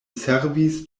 servis